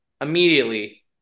immediately